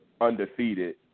undefeated